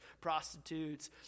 prostitutes